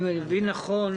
אם אני מבין נכון,